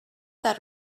that